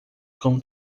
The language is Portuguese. com